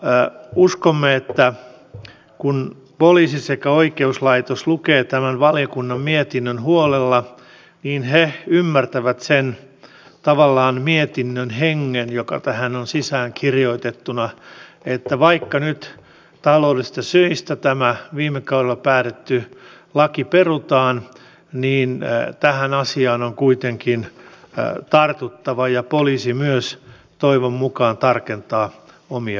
ja uskomme että kun poliisi ja oikeuslaitos lukevat tämän valiokunnan mietinnön huolella niin he ymmärtävät sen mietinnön hengen joka tähän on sisäänkirjoitettuna että vaikka nyt taloudellisista syistä tämä viime kaudella päätetty laki perutaan niin tähän asiaan on kuitenkin tartuttava ja poliisi myös toivon mukaan tarkentaa omia ohjeitaan